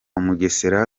mugesera